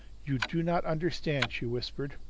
you do not understand, she whispered.